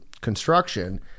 construction